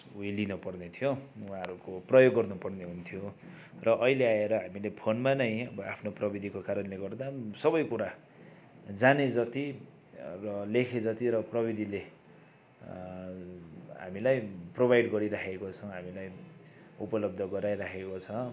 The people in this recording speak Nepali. उयो लिन पर्ने थियो उहाँहरूको प्रयोग गर्नु पर्ने हुन्थ्यो र अहिले आएर हामीले फोनमा नै आफ्नो प्रविधिको कारणले गर्दा सबै कुरा जाने जति र लेखे जति र प्रविधिले हामीलाई प्रोभाइड गरिराखेको छ हामीलाई उपलब्ध गराइराखेको छ